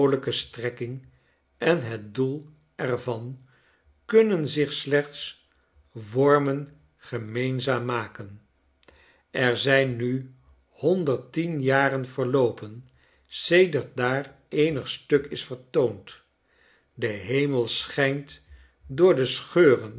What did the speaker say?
strkking en het doel er van kunnenzichslechtswormengemeenzaammaken er zijn nu honderd tien jaren verloopen sedert daar eenig stuk is vertoond de hemel schijnt door de scheuren